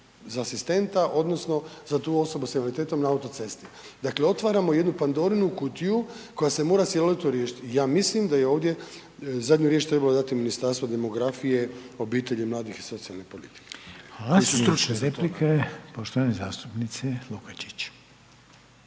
za asistenta odnosno za tu osobu s invaliditetom na autocesti. Dakle, otvaramo jednu Pandorinu kutiju koja se mora silovito riješiti. Ja mislim da je ovdje zadnju riječ trebalo dati Ministarstvo demografije, obitelji, mladih i socijalne politike. **Reiner, Željko (HDZ)** Hvala. Slijedeća replika je poštovane zastupnice Lukačić.